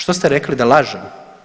Što ste rekli da lažem?